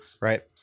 right